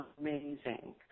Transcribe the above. amazing